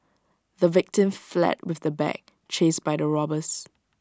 the victim fled with the bag chased by the robbers